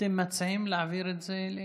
אתם מציעים להעביר את זה ל-?